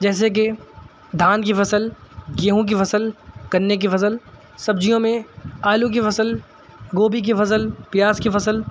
جیسے کہ دھان کی فصل گیہوں کی فصل گنے کی فصل سبزیوں میں آلو کی فصل گوبھی کی فصل پیاز کی فصل